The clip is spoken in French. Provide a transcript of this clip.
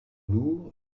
lourd